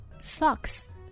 Socks